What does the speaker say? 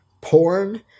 porn